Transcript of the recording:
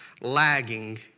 lagging